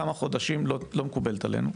כמה חודשים, לא תהיה מקובלת עלינו.